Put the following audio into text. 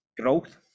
growth